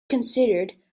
considered